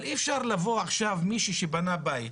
אבל אי אפשר לבוא עכשיו, מישהו שבנה בית,